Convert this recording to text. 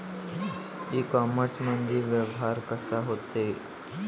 इ कामर्समंदी व्यवहार कसा होते?